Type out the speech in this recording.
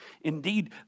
Indeed